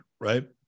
right